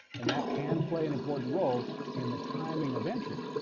and that can play an important role in the timing of entry.